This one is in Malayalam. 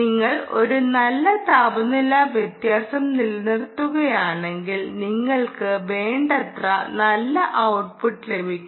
നിങ്ങൾ ഒരു നല്ല താപനില വ്യത്യാസം നിലനിർത്തുന്നുവെങ്കിൽ നിങ്ങൾക്ക് വേണ്ടത്ര നല്ല ഔട്ട്പുട്ട് ലഭിക്കും